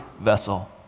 vessel